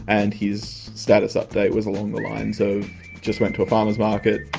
and his status update was along the lines of just went to a farmers market,